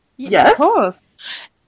Yes